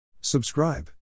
Subscribe